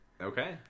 Okay